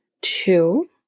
two